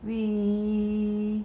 we